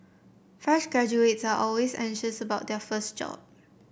fresh graduates are always anxious about their first job